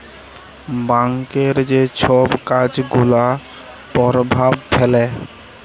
ব্যাংকের যে ছব কাজ গুলা পরভাব ফেলে